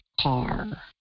car